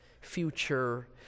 future